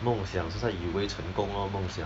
梦想是在 yi wei 成功 lor 梦想